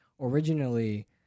Originally